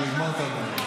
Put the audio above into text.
כשהוא יגמור לדבר.